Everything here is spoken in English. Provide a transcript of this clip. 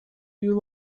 you